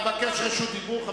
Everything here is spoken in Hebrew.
אתה מבקש רשות דיבור?